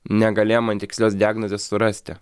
negalėjo man tikslios diagnozės surasti